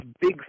big